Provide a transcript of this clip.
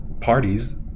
Parties